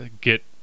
get